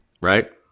right